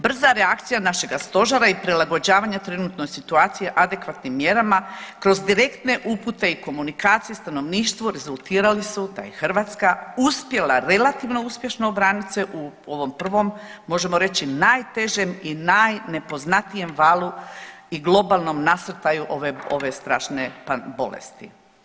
Brza reakcija našega stožera i prilagođavanje trenutnoj situaciji i adekvatnim mjerama kroz direktne upute i komunikacije stanovništvu rezultirali su da je Hrvatska uspjela relativno uspješno obranit se u ovom prvom, možemo reći najtežem i najnepoznatijem valu i globalnom nasrtaju ove strašne bolesti.